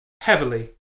heavily